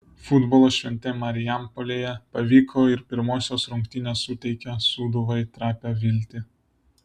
futbolo šventė marijampolėje pavyko ir pirmosios rungtynės suteikia sūduvai trapią viltį